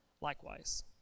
likewise